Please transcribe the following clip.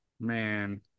man